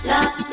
Love